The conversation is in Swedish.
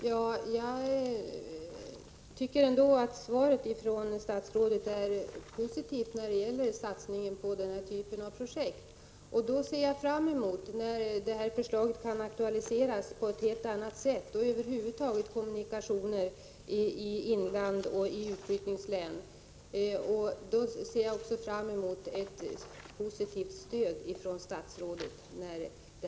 Herr talman! Jag tycker ändå att statsrådets svar är positivt när det gäller en satsning på den här typen av projekt. När det här förslaget — jag tänker på kommunikationer över huvud taget i inlandet och i utflyttningslän — kan aktualiseras och frågan kommer upp ser jag fram emot ett stöd från statsrådet.